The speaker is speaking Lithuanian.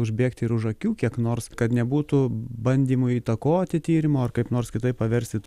užbėgti ir už akių kiek nors kad nebūtų bandymų įtakoti tyrimo ar kaip nors kitaip paversti